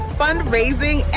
fundraising